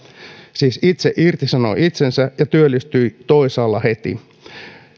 siis itse irtisanoi itsensä ja työllistyi toisaalla heti